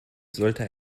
sollte